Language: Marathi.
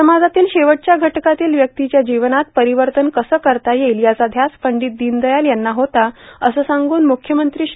समाजातील शेवटच्या घटकातील व्यक्तीच्या जीवनात परिवर्तन कसं करता येईल याचा ध्यास पंडीत दिनदयाल यांना होता असं सांगून मुख्यमंत्री श्री